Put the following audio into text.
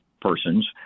persons